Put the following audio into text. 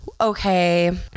okay